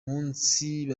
munsi